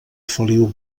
feliu